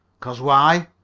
cause why?